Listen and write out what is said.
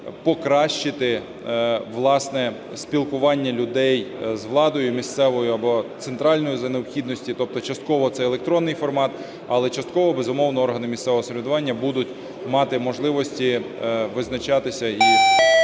власне, спілкування людей з владою місцевою, або центральною за необхідності, тобто частково це електронний формат, але частково, безумовно, органи місцевого самоврядування будуть мати можливості визначатися і